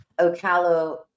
Ocala